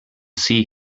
see